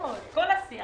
או בחוק בנפרד,